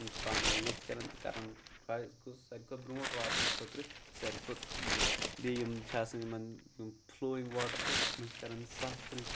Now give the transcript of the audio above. یِم چھِ پانہٕ ؤری ریس کران تہٕ کَران ساروی کھۄتہٕ برٛونٛٹھ واتنہٕ خٲطرٕ ساروی کھۄتہٕ برٛونٛٹھ بیٚیہِ یِم چھِ آسان یِمَن یِم فٕلویِنٛگ واٹَر چھِ تَتھ منٛز چھِ کَران سَفرِ